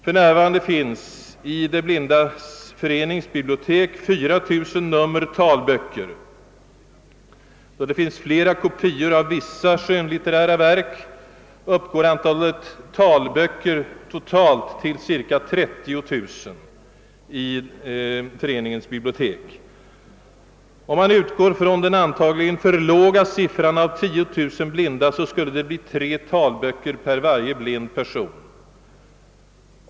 För närvarande finns i De blindas förenings bibliotek 4000 nummer talböcker. Då det finns flera kopior av vissa skönlitterära verk uppgår antalet talböcker totalt till cirka 30 000 i föreningens bibliotek. Om man utgår från den antagligen för låga siffran av 10 000 blinda skulle det bli tre talböcker för varje blind person.